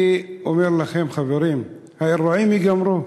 אני אומר לכם, חברים: האירועים ייגמרו.